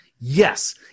Yes